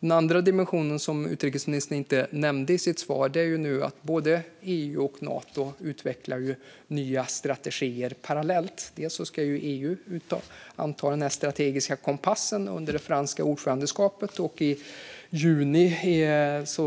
Den andra dimensionen, som utrikesministern inte nämnde i sitt svar, är att EU och Nato utvecklar nya strategier parallellt. EU ska ju anta den strategiska kompassen under det franska ordförandeskapet, och i juni